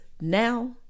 Now